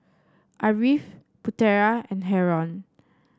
Ariff Putera and Haron